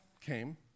came